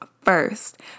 first